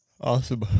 awesome